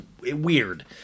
weird